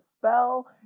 spell